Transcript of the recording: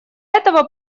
этого